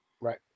Right